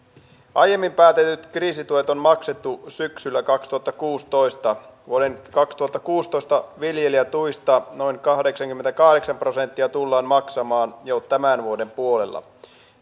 aiemmin päätetyt kriisituet on maksettu syksyllä kaksituhattakuusitoista vuoden kaksituhattakuusitoista viljelijätuista noin kahdeksankymmentäkahdeksan prosenttia tullaan maksamaan jo tämän vuoden puolella